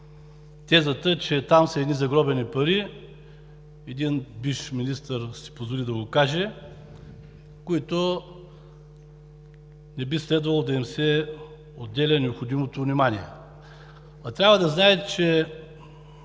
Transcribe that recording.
тезата, че там са загробени едни пари, един бивш министър си позволи да го каже, които не би следвало да им се отделя необходимото внимание. А трябва да знаете, че